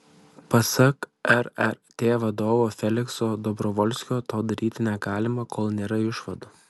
pasak rrt vadovo felikso dobrovolskio to daryti negalima kol nėra išvadų